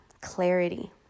clarity